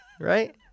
Right